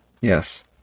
Yes